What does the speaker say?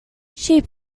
sheep